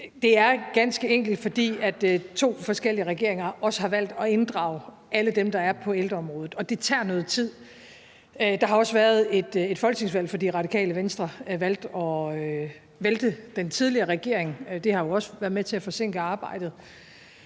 Det er jo ganske enkelt, fordi to forskellige regeringer også har valgt at inddrage alle dem, der er på ældreområdet, og det tager noget tid. Der har også været et folketingsvalg, fordi Radikale Venstre valgte at vælte den tidligere regering. Det har jo også været med til at forsinke arbejdet.